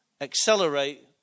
accelerate